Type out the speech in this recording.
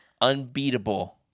unbeatable